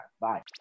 Bye